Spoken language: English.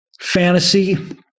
Fantasy